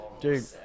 Dude